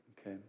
okay